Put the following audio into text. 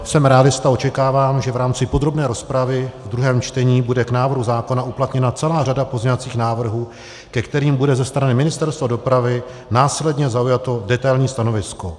Jsem realista, očekávám, že v rámci podrobné rozpravy ve druhém čtení bude k návrhu zákona uplatněna celá řada pozměňovacích návrhů, ke kterým bude ze strany Ministerstva dopravy následně zaujato detailní stanovisko.